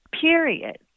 period